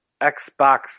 Xbox